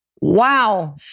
wow